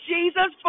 Jesus